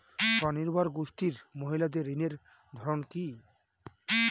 স্বনির্ভর গোষ্ঠীর মহিলাদের ঋণের ধরন কি?